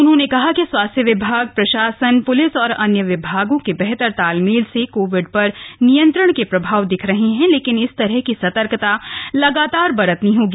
उन्होंने कहा कि स्वास्थ्य विभाग प्रशासन प्लिस और अन्य विभागों के बेहतर तालमेल से कोविड पर नियंत्रण के प्रभाव दिख रहे हैं लेकिन इस तरह की सतर्कता लगातार बरतनी होगी